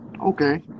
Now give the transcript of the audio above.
Okay